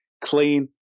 clean